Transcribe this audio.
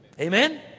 amen